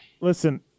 Listen